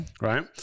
Right